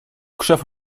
krzew